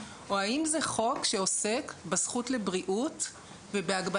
או האם זה חוק שעוסק בזכות לבריאות ובהגבלת